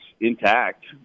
intact